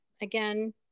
again